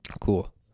Cool